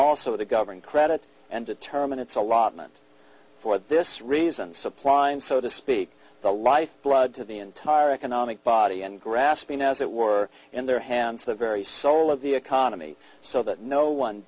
also to govern credit and determine its allotment for this reason supply and so to speak the life blood to the entire economic body and grasping as it were in their hands the very soul of the economy so that no one